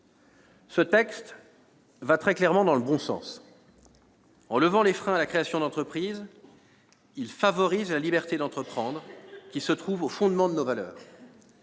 Ce texte va très clairement dans le bon sens. En levant les freins à la création d'entreprise, il favorise la liberté d'entreprendre qui se trouve au fondement de nos valeurs.